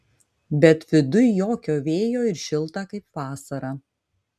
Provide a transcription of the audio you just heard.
bet viduj jokio vėjo ir šilta kaip vasarą